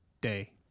day